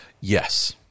Yes